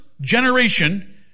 generation